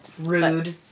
Rude